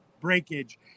breakage